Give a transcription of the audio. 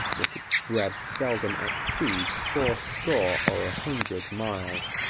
that its breadth seldom exceeds fourscore or a hundred miles.